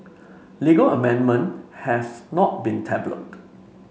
legal amendment has not been tabled